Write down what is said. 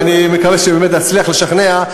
ואני מקווה שבאמת נצליח לשכנע,